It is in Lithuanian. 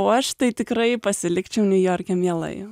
o aš tai tikrai pasilikčiau niujorke mielai